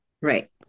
Right